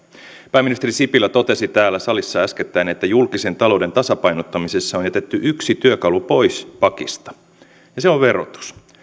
pääministeri sipilä totesi täällä salissa äskettäin että julkisen talouden tasapainottamisessa on jätetty yksi työkalu pois pakista ja se on verotus